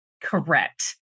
Correct